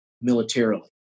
militarily